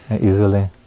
easily